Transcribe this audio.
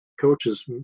coaches